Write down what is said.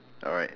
alright